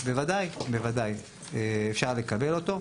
בוודאי, אפשר לקבל אותו.